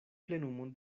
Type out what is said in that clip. plenumon